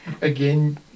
Again